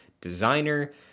designer